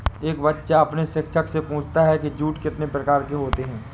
एक बच्चा अपने शिक्षक से पूछता है कि जूट कितने प्रकार के होते हैं?